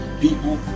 people